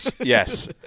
yes